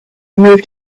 moved